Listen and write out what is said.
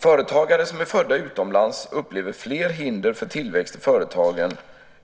Företagare som är födda utomlands upplever fler hinder för tillväxt i företagen